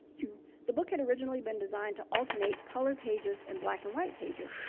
the book had originally been designed to alternate color pages and black and white pages,